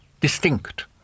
distinct